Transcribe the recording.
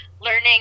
Learning